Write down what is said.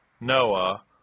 Noah